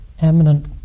eminent